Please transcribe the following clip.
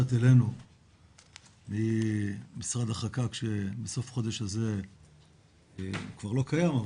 אלינו ממשרד החק"ק שבסוף החודש הזה כבר לא קיים,